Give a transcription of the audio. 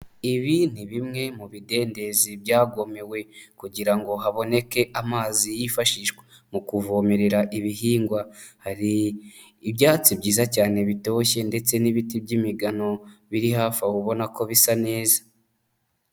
Ibi ni bimwe mu bidendezi byagomewe kugira ngo haboneke amazi yifashishwa mu kuvomerera ibihingwa, hari ibyatsi byiza cyane bitoshye ndetse n'ibiti by'imigano biri hafi ubona ko bisa neza.